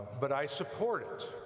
but i support it,